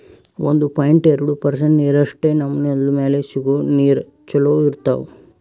ಒಂದು ಪಾಯಿಂಟ್ ಎರಡು ಪರ್ಸೆಂಟ್ ನೀರಷ್ಟೇ ನಮ್ಮ್ ನೆಲ್ದ್ ಮ್ಯಾಲೆ ಸಿಗೋ ನೀರ್ ಚೊಲೋ ಇರ್ತಾವ